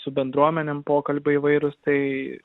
su bendruomenėm pokalbiai įvairūs tai